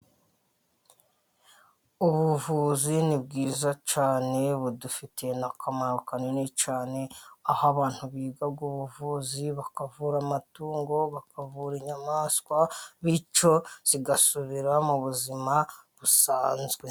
Ubuvuzi ni bwiza cyane, budufitiye n'akamaro kanini cyane, aho abantu biga ubuvuzi bakavura amatungo bakavura inyamaswa, bityo zigasubira mu buzima busanzwe.